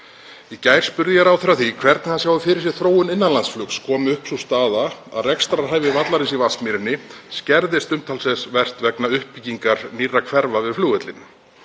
Í gær spurði ég ráðherra að því hvernig hann sæi fyrir sér þróun innanlandsflugs, kæmi upp sú staða að rekstrarhæfi vallarins í Vatnsmýrinni skertist umtalsvert vegna uppbyggingar nýrra hverfa við flugvellinum.